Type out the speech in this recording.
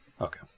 Okay